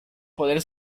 poder